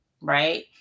right